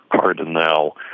Cardinal